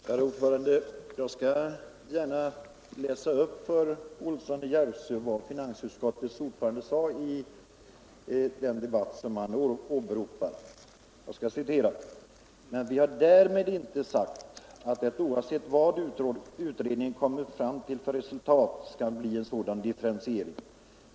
Herr talman! Jag skall gärna läsa upp för herr Olsson i Järvsö vad finansutskottets vice ordförande sade i den debatt som herr Olsson åberopade: ”Men vi har därmed inte sagt att det, oavsett vad utredningen kommer fram till för resultat, skall bli en sådan differentiering.